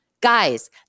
guys